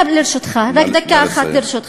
רק דקה אחת, ברשותך.